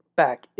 back